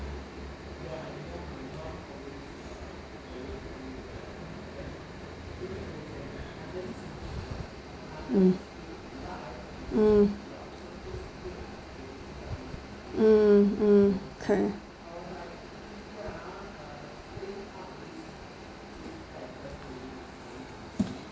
mm mm mm mm can